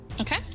Okay